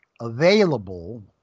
available